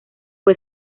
fue